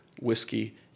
whiskey